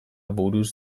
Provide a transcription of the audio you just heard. buruz